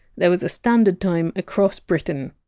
there was a standard time across britain,